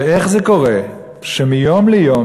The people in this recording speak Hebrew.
ואיך זה קורה שמיום ליום,